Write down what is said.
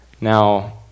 now